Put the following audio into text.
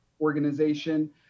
organization